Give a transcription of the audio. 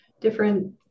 different